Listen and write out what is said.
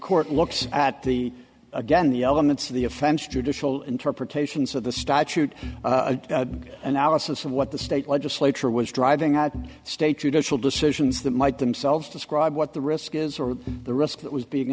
court looks at the again the elements of the offense judicial interpretations of the statute analysis of what the state legislature was driving at state judicial decisions that might themselves describe what the risk is or the risk that was being